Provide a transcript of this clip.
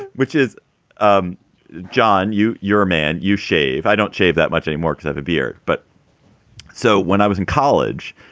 which is um john, you your man, you shave i don't shave that much anymore. i have a beard. but so when i was in college,